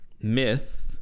Myth